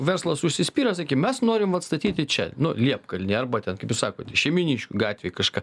verslas užsispyrė sakim mes norim vat statyti čia nu liepkalnyje arba ten kaip jūs sakot šeimyniškių gatvėj kažką